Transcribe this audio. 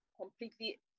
completely